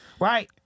right